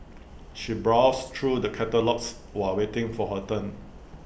she browsed through the catalogues while waiting for her turn